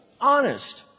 honest